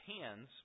hands